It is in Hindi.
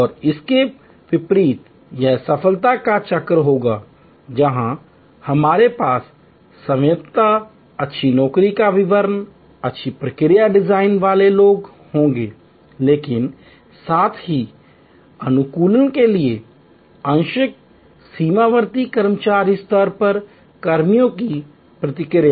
और इसके विपरीत यह सफलता का चक्र होगा जहां हमारे पास स्वायत्तता अच्छी नौकरी का विवरण अच्छी प्रक्रिया डिजाइन वाले लोग होंगे लेकिन साथ ही अनुकूलन के लिए अक्षांश सीमावर्ती कर्मचारी स्तर पर कर्मियों की प्रतिक्रिया